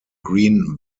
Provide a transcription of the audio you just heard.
green